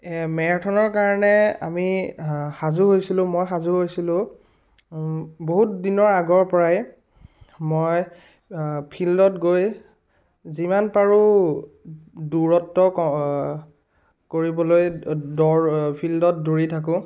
মেৰাথানৰ কাৰণে আমি সাজু হৈছিলোঁ মই সাজো হৈছিলোঁ বহুত দিনৰ আগৰ পৰাই মই ফিল্ডত গৈ যিমান পাৰো দূৰত্ব ক কৰিবলৈ দৌ ফিল্ডত দৌৰি থাকোঁ